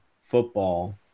football